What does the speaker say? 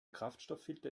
kraftstofffilter